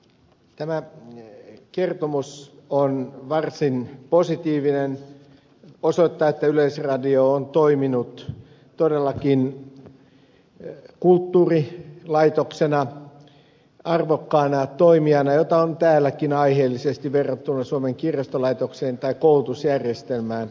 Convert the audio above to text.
tämä kertomus on varsin positiivinen osoittaa että yleisradio on toiminut todellakin kulttuurilaitoksena arvokkaana toimijana jota on täälläkin aiheellisesti verrattu suomen kirjastolaitokseen tai koulujärjestelmään